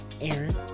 Aaron